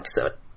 episode